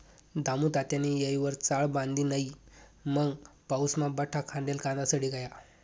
दामुतात्यानी येयवर चाळ बांधी नै मंग पाऊसमा बठा खांडेल कांदा सडी गया